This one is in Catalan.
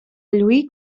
lluir